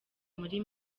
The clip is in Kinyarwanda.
muri